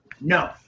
No